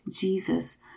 Jesus